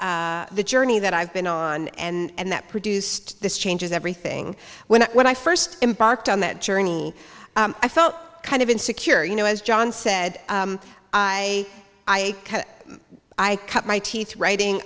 in the journey that i've been on and that produced this changes everything when i when i first embarked on that journey i felt kind of in secure you know as john said i i i cut my teeth writing